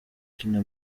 kina